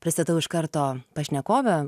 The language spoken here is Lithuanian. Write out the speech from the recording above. pristatau iš karto pašnekovę